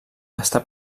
està